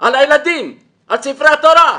על הילדים, על ספרי התורה,